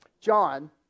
John